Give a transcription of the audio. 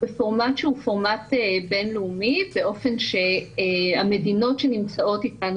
הפורמט שהוא פורמט בינלאומי באופן המדינות שנמצאות איתנו